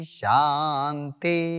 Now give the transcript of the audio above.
shanti